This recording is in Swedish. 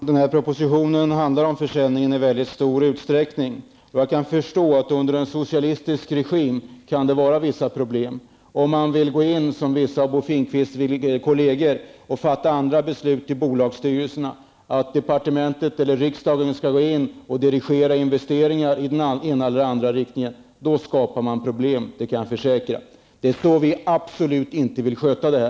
Herr talman! Denna proposition handlar i väldigt stor utsträckning om försäljningen. Jag kan förstå att det under en socialistisk regim kan vara vissa problem om man, som vissa av Bo Finnkvists kolleger, vill fatta beslut i bolagsstyrelserna som innebär att departementet eller riksdagen skall dirigera investeringar i den ena eller andra riktningen. Jag kan försäkra att man då skapar problem. Det är så vi absolut inte vill sköta detta.